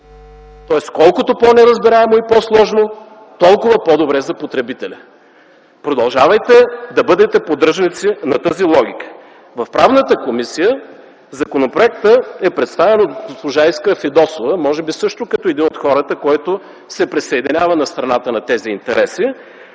тоест колкото по-неразбираемо и по-сложно, толкова по-добре за потребителя. Продължавайте да бъдете поддръжници на тази логика. В Правната комисия законопроектът е представен от госпожа Искра Фидосова, може би също като един от хората, който се присъединява на страната на тези интереси,